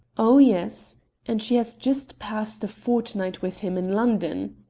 oh, yes and she has just passed a fortnight with him in london.